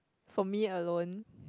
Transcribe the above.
for me alone